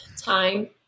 time